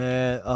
Man